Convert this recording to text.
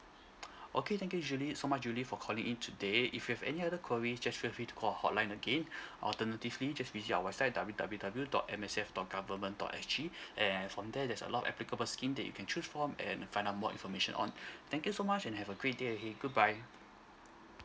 okay thank you julie so much julie for calling in today if you've any other queries just feel free to call our hotline again alternatively just visit our website W W W dot M S F dot government dot S G and from there there's a lot of applicable scheme that you can choose from and find out more information on thank you so much and have a great day ahead goodbye